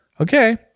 Okay